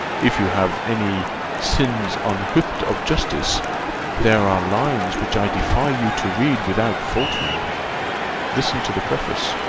if you have any sins unwhipt of justice there are lines which i defy you to read without faltering listen to the preface.